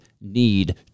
need